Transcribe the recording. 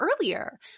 earlier